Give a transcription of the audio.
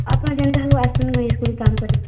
ଆପଣ ଯେନ୍ତା ହଉ ଆସୁନ ଇଏ ସ୍କୁଲ୍ କାମ କରି